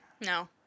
No